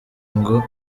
ngo